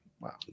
Wow